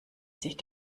sich